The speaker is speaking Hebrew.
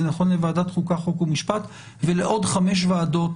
זה נכון לוועדת חוקה, חוק ומשפט ולעוד חמש ועדות